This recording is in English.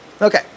Okay